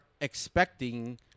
expecting